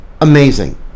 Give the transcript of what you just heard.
Amazing